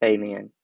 Amen